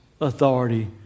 authority